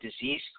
disease